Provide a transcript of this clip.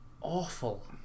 Awful